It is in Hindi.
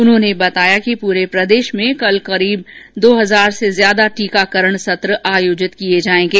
उन्होंने बताया कि पूरे प्रदेश में कल लगभग दो हजार से ज्यादा टीकाकरण सत्र आयोजित किये जायेंगे